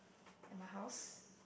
at my house